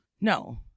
No